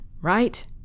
right